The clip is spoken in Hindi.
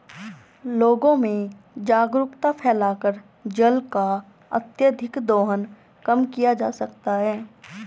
लोगों में जागरूकता फैलाकर जल का अत्यधिक दोहन कम किया जा सकता है